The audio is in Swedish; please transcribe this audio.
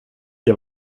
jag